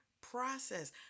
process